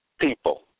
people